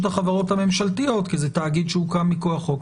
החברות הממשלתיות כי זה תאגיד שהוקם מכוח חוק.